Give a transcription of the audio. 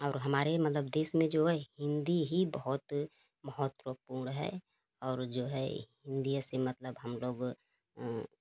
और हमारे मतलब देश में जो है हिंदी ही बहुत महत्वपूर्ण है और जो है हिंदी से मतलब हम लोग